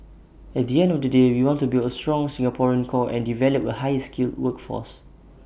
at the end of the day we want to build A strong Singaporean core and develop A higher skilled workforce